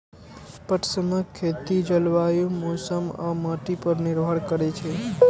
पटसनक खेती जलवायु, मौसम आ माटि पर निर्भर करै छै